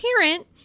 parent